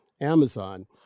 amazon